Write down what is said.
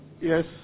Yes